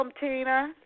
Tina